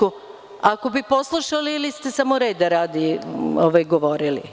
Ako biste poslušali, ili ste samo reda radi govorili?